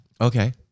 Okay